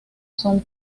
son